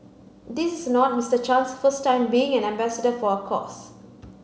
this is not Mister Chan's first time being an ambassador for a cause